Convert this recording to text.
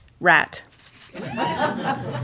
Rat